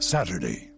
Saturday